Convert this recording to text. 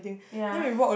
ya